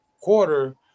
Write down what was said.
quarter